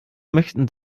möchten